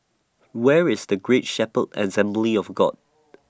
Where IS Great Shepherd Assembly of God